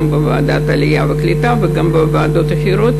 גם בוועדת העלייה והקליטה וגם בוועדות אחרות,